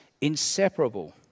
inseparable